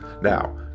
Now